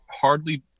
hardly